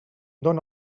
dóna